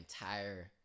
entire